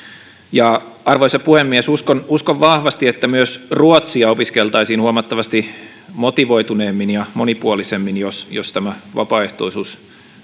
arvoisa puhemies uskon uskon vahvasti että myös ruotsia opiskeltaisiin huomattavasti motivoituneemmin ja monipuolisemmin jos jos tämä vapaaehtoisuus